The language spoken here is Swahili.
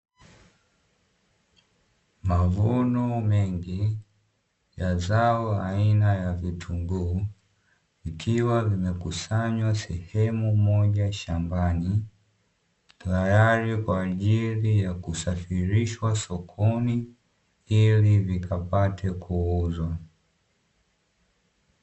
Mavuno mengi ya zao aina ya vitungu, ikiwa vimekusanywa sehemu moja shambani, tayari kwa ajiri ya kusafirishwa sokoni ili vikapate kuuzwa.